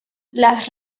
las